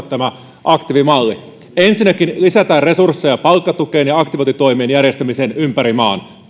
tämä aktiivimalli yksi lisätään resursseja palkkatukeen ja aktivointitoimien järjestämiseen ympäri maan